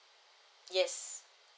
yes